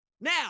Now